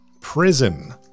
Prison